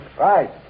Right